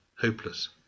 hopeless